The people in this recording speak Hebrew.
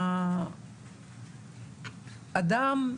מהאדם,